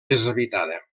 deshabitada